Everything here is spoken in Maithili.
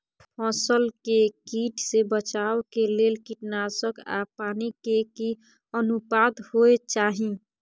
फसल के कीट से बचाव के लेल कीटनासक आ पानी के की अनुपात होय चाही?